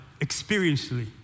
experientially